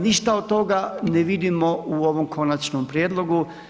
Ništa od toga ne vidimo u ovom končanom prijedlogu.